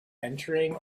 entering